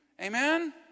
Amen